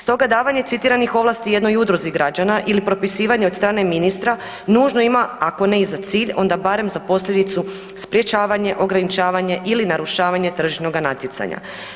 Stoga davanje citiranih ovlasti jednoj udruzi građana ili propisivanje od strane ministra, nužno ima ako ne i za cilj, onda barem za posljedicu sprječavanje, ograničavanje ili narušavanje tržišnoga natjecanja.